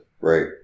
Right